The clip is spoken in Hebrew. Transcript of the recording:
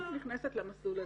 נכנסת למסלול הזה.